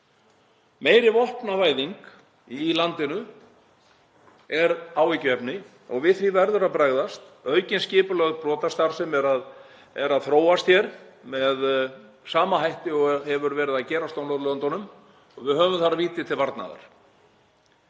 Meiri vopnavæðing í landinu er áhyggjuefni og við því verður að bregðast. Aukin skipulögð brotastarfsemi er að þróast hér með sama hætti og hefur verið að gerast á Norðurlöndunum og við höfum þar víti til varnaðar.